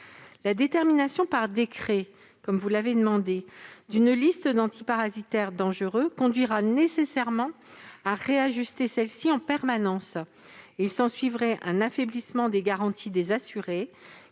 La détermination par décret, comme tend à le prévoir cet amendement, d'une liste d'antiparasitaires dangereux conduira nécessairement à réajuster celle-ci en permanence. Il s'ensuivrait un affaiblissement des garanties des assurés,